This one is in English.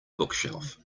bookshelf